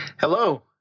Hello